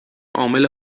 عامل